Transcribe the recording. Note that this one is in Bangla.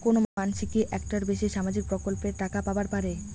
কোনো মানসি কি একটার বেশি সামাজিক প্রকল্পের টাকা পাবার পারে?